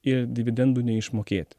ir dividendų neišmokėt